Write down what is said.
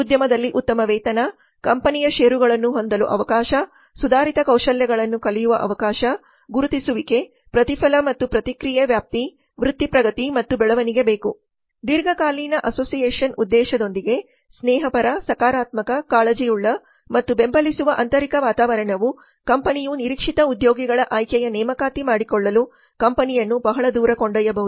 ಉದ್ಯಮದಲ್ಲಿ ಉತ್ತಮ ವೇತನ ಕಂಪನಿಯ ಷೇರುಗಳನ್ನು ಹೊಂದಲು ಅವಕಾಶ ಸುಧಾರಿತ ಕೌಶಲ್ಯಗಳನ್ನು ಕಲಿಯುವ ಅವಕಾಶ ಗುರುತಿಸುವಿಕೆ ಪ್ರತಿಫಲ ಮತ್ತು ಪ್ರತಿಕ್ರಿಯೆ ವ್ಯಾಪ್ತಿ ವೃತ್ತಿ ಪ್ರಗತಿ ಮತ್ತು ಬೆಳವಣಿಗೆ ಬೇಕು ದೀರ್ಘಕಾಲೀನ ಅಸೋಸಿಯೇಷನ್ ಉದ್ದೇಶದೊಂದಿಗೆ ಸ್ನೇಹಪರ ಸಕಾರಾತ್ಮಕ ಕಾಳಜಿಯುಳ್ಳ ಮತ್ತು ಬೆಂಬಲಿಸುವ ಆಂತರಿಕ ವಾತಾವರಣವು ಕಂಪನಿಯು ನಿರೀಕ್ಷಿತ ಉದ್ಯೋಗಿಗಳ ಆಯ್ಕೆಯ ನೇಮಕಾತಿ ಮಾಡಿಕೊಳ್ಳಲು ಕಂಪನಿಯನ್ನು ಬಹಳ ದೂರ ಕೊಂಡಯ್ಯಬಹುದು